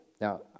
Now